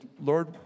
Lord